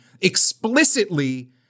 explicitly